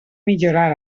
millorar